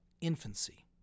infancy